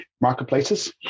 marketplaces